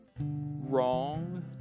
wrong